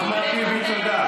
אחמד טיבי, תודה.